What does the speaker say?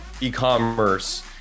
e-commerce